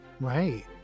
Right